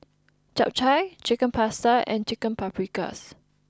Japchae Chicken Pasta and Chicken Paprikas